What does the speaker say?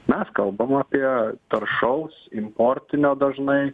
mes kalbam apie taršaus importinio dažnai